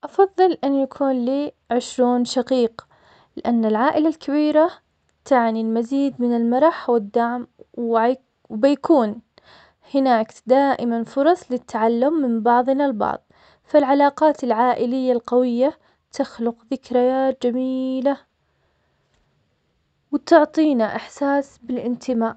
افضل ان يكون لي عشرون شقيق. لان العائلة الكبيرة تعني المزيد من المرح والدعم وبيكون هناك دائما فرص للتعلم من بعضنا البعض. فالعلاقات العائلية القوية تخلق ذكريات جميلة وتعطينا احساس بالانتماء